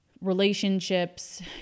relationships